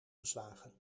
geslagen